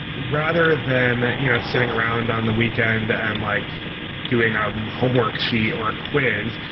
rather than you know sitting around on the weekend and like doing a homework sheet, or a quiz,